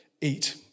eat